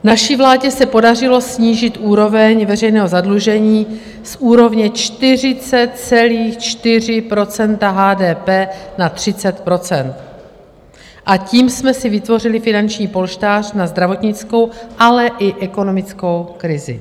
Naší vládě se podařilo snížit úroveň veřejného zadlužení z úrovně 40,4 % HDP na 30 % a tím jsme si vytvořili finanční polštář na zdravotnickou, ale i ekonomickou krizi.